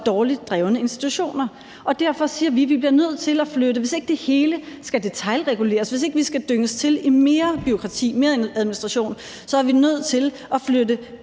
dårligt drevne institutioner. Derfor siger vi, at vi, hvis det hele ikke skal detailreguleres, og hvis vi ikke skal dynges til i mere bureaukrati, mere administration, så bliver nødt til at flytte